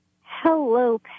Hello